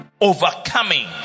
Overcoming